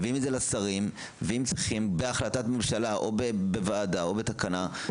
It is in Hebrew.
מביאים את זה לשרים ואם צריכים בהחלטת ממשלה או בוועדה או בתקנה,